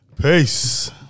Peace